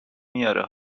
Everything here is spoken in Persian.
میاره